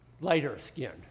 lighter-skinned